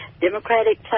democratic